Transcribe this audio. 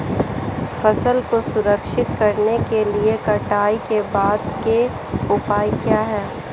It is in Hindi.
फसल को संरक्षित करने के लिए कटाई के बाद के उपाय क्या हैं?